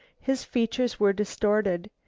his features were distorted,